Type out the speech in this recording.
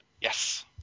yes